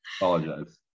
apologize